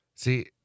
See